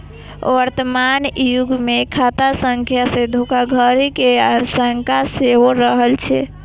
वर्तमान युग मे खाता संख्या सं धोखाधड़ी के आशंका सेहो रहै छै